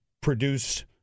produce